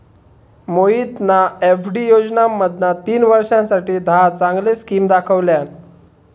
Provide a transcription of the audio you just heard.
मोहितना एफ.डी योजनांमधना तीन वर्षांसाठी दहा चांगले स्किम दाखवल्यान